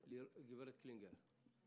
גברת קלינגר, בבקשה.